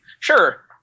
Sure